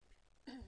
כן.